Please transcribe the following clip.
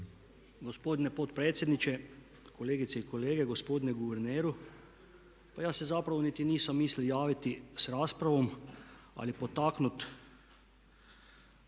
Gospodine potpredsjedniče, kolegice i kolege, gospodine guverneru. Pa ja se zapravo niti nisam mislio javiti sa raspravom, ali potaknut